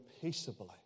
peaceably